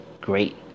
great